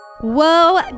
Whoa